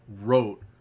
wrote